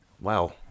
wow